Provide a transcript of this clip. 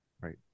Right